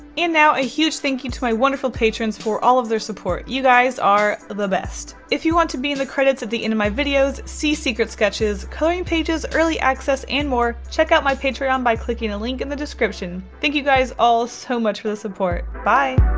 now a huge thank you to my wonderful patrons for all of their support. you guys are ah the best. if you want to be in the credits at the end of my videos, see secret sketches, coloring pages, early access and more, check out my patreon by clicking the link in the description. thank you guys all so much for the support. bye!